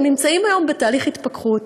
הם נמצאים היום בתהליך התפכחות,